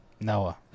Noah